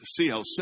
CLC